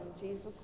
Jesus